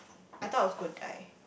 I thought I was going to die